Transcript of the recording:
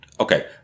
Okay